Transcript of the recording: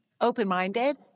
open-minded